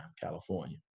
California